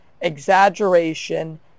exaggeration